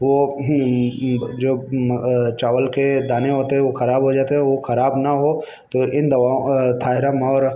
वह जो चावल के दाने होते हैं वह ख़राब हो जाते हैं वह ख़राब न हो तो इन दवाओं थायरम और